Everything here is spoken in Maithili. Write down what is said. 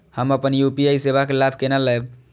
हम अपन यू.पी.आई सेवा के लाभ केना लैब?